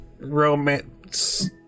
romance